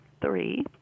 three